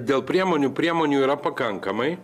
dėl priemonių priemonių yra pakankamai